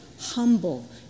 humble